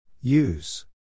use